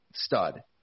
Stud